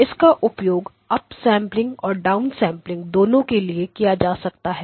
इसका उपयोग upsampling और डाउनसेंपलिंग दोनों के लिए किया जा सकता है